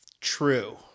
True